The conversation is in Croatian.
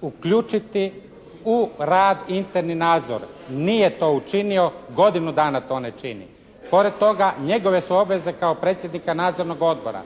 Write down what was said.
uključiti u rad interni nadzor. Nije to učinio. Godinu dana to ne čini. Pored toga njegove su obveze kao predsjednika Nadzornog odbora